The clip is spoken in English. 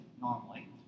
normally